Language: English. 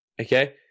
okay